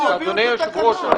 אדוני היושב-ראש,